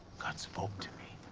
god spoke to me.